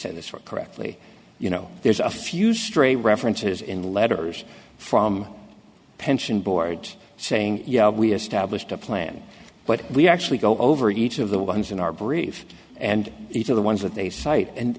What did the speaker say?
said this for correctly you know there's a few stray references in the letters from pension boards saying yeah we established a plan but we actually go over each of the ones in our brief and these are the ones that they cite and